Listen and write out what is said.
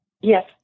Yes